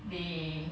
they